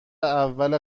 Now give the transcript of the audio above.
اول